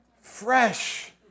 Fresh